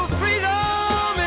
freedom